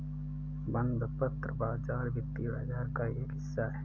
बंधपत्र बाज़ार वित्तीय बाज़ार का एक हिस्सा है